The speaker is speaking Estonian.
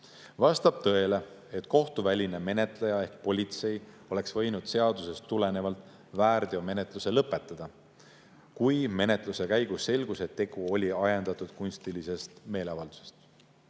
Vastab tõele, et kohtuväline menetleja ehk politsei oleks võinud seadusest tulenevalt väärteomenetluse lõpetada, kui menetluse käigus selgus, et tegu oli ajendatud kunstilisest meeleavaldusest.